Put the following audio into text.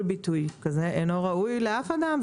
כל ביטוי כזה אינו ראוי לאף אדם,